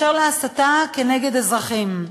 אשר להסתה כנגד אזרחים,